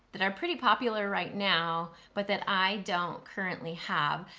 that are pretty popular right now, but that i don't currently have.